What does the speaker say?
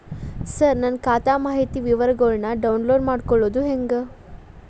ಸರ ನನ್ನ ಖಾತಾ ಮಾಹಿತಿ ವಿವರಗೊಳ್ನ, ಡೌನ್ಲೋಡ್ ಮಾಡ್ಕೊಳೋದು ಹೆಂಗ?